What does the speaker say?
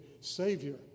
Savior